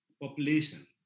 population